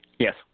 Yes